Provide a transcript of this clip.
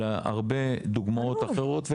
אלא הרבה דוגמאות אחרות.